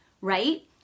right